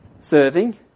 serving